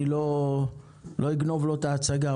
אני לא אגנוב לו את ההצגה,